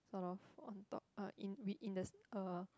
sort of on top uh in we in the uh